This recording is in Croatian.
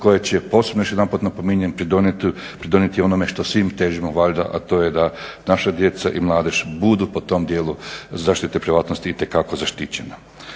koja će posebno još jedanput napominjem pridonijeti onome što svi težimo valjda a to je da naša djeca i mladež budu po tom djelu zaštite privatnosti itekako zaštićena.